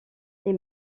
les